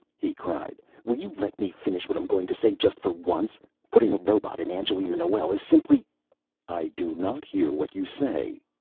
he cried. will you let me finish what i'm going to say, just for once? putting a robot in angelina noel is simply i do not hear what you say,